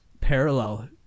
parallel